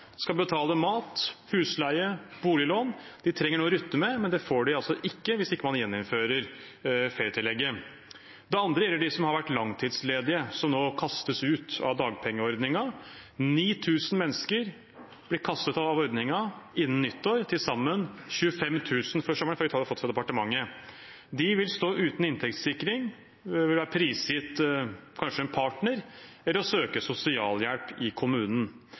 skal betale mat, husleie, boliglån – de trenger noe å rutte med, men det får de altså ikke hvis man ikke gjeninnfører ferietillegget. Det andre gjelder dem som har vært langtidsledige, som nå kastes ut av dagpengeordningen. 9 000 mennesker blir kastet ut av ordningen innen nyttår, til sammen 25 000 før sommeren, ifølge tall jeg har fått fra departementet. De vil stå uten inntektssikring, de vil kanskje være prisgitt en partner eller å søke sosialhjelp i kommunen.